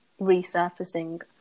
resurfacing